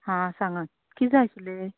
हां सांगात कितें आशिल्लें